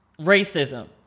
racism